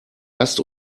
lasst